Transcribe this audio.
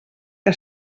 que